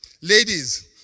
Ladies